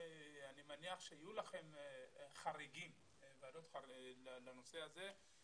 אני מניח שיהיו לכם ועדות חריגים לנושא הזה.